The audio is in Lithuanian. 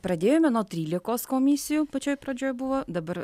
pradėjome nuo trylikos komisijų pačioj pradžioj buvo dabar